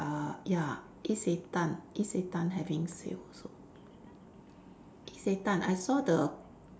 uh ya Isetan Isetan having sale also Isetan I saw the